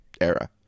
era